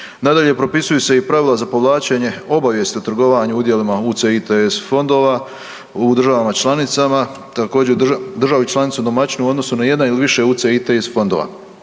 Nadalje, propisuju se i pravila za povlačenje obavijesti o trgovanju udjelima UCITS fondova u državama članicama, također državi članici domaćinu u odnosu na jedan ili više UCITS fondova